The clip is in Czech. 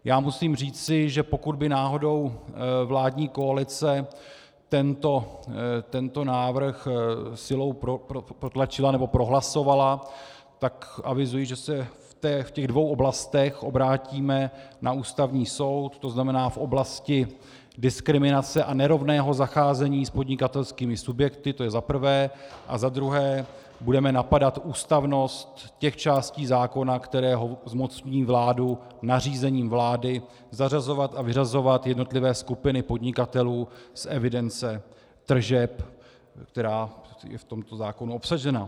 Já musím říci, že pokud by náhodou vládní koalice tento návrh silou protlačila nebo prohlasovala, tak avizuji, že se v těch dvou oblastech obrátíme na Ústavní soud, tzn. v oblasti diskriminace a nerovného zacházení s podnikatelskými subjekty, to je za prvé, a za druhé budeme napadat ústavnost těch částí zákona, které zmocňují vládu nařízením vlády zařazovat a vyřazovat jednotlivé skupiny podnikatelů z evidence tržeb, která je v tomto zákoně obsažena.